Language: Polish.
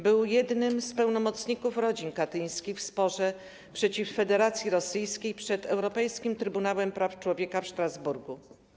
Był jednym z pełnomocników rodzin katyńskich w sporze przeciw Federacji Rosyjskiej przed Europejskim Trybunałem Praw Człowieka w Strasburgu.